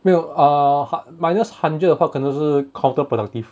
没有 uh hun~ minus hundred 的话可能是 counter productive